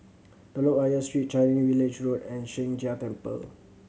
Telok Ayer Street Changi Village Road and Sheng Jia Temple